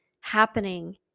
happening